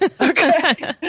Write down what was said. Okay